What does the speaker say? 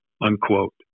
Unquote